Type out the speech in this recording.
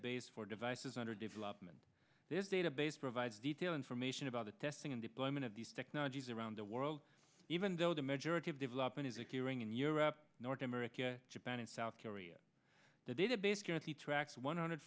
database for devices under development this database provides detailed information about the testing and deployment of these technologies around the world even though the majority of development is occurring in europe north america japan and south korea the database you're at the tracks one hundred